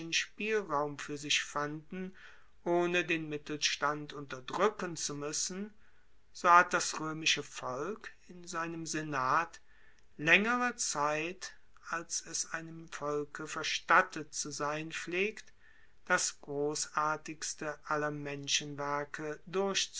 spielraum fuer sich fanden ohne den mittelstand unterdruecken zu muessen so hat das roemische volk in seinem senat laengere zeit als es einem volke verstattet zu sein pflegt das grossartigste aller menschenwerke